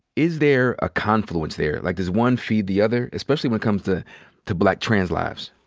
is there a confluence there? like, does one feed the other, especially when it comes to to black trans lives?